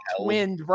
twin